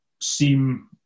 seem